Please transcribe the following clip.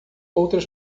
outras